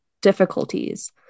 difficulties